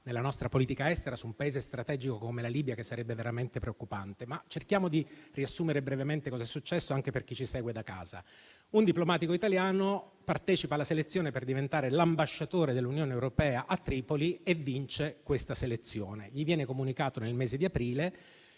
nella nostra politica estera, su un Paese strategico come la Libia, che sarebbe veramente preoccupante. Cerchiamo di riassumere brevemente cosa è successo anche per chi ci segue da casa. Un diplomatico italiano partecipa alla selezione per diventare l'ambasciatore dell'Unione europea a Tripoli e vince la selezione. L'esito della selezione gli viene comunicato nel mese di aprile.